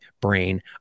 brain